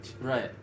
Right